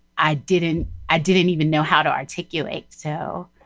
i didn't i didn't even know how to articulate. so,